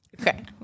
Okay